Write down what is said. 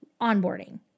onboarding